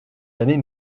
jamais